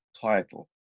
title